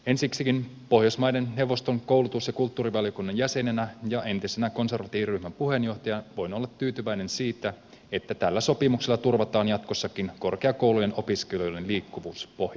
ensiksikin pohjoismaiden neuvoston koulutus ja kulttuurivaliokunnan jäsenenä ja entisenä konservatiiviryhmän puheenjohtajana voin olla tyytyväinen siitä että tällä sopimuksella turvataan jatkossakin korkeakoulujen opiskelijoiden liikkuvuus pohjolassa